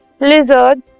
lizards